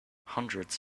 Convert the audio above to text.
hundreds